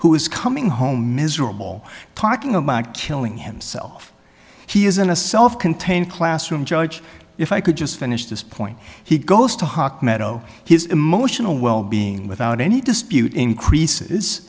who is coming home his room all talking about killing himself he is in a self contained classroom judge if i could just finish this point he goes to hock meadow his emotional well being without any dispute increases